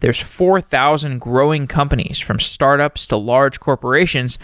there's four thousand growing companies, from startups to large corporations